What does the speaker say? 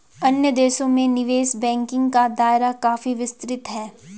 अन्य देशों में निवेश बैंकिंग का दायरा काफी विस्तृत है